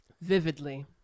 Vividly